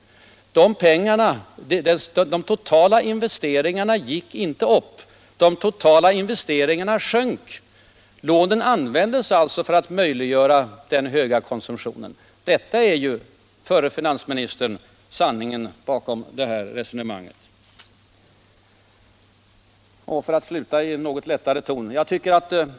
De totala investering arna gick inte upp. De totala investeringarna sjönk. Lånen användes alltså för att möjliggöra den höga konsumtionen. Detta är ju, förre finansministern, sanningen bakom utlandslåneresonemanget. Låt mig sluta i en något lättare ton.